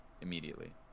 immediately